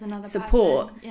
support